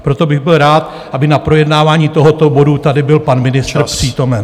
Proto bych byl rád, aby na projednávání tohoto bodu tady byl pan ministr přítomen.